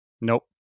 Nope